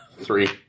Three